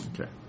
Okay